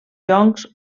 joncs